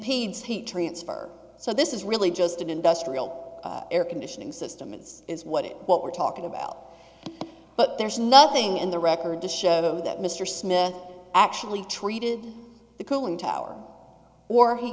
heat transfer so this is really just an industrial air conditioning system is is what it what we're talking about but there's nothing in the record to show that mr smith actually treated the cooling tower or he